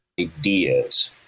ideas